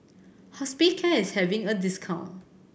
hospicare is having a discount